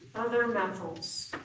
other methyls.